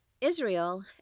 Israel